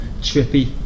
trippy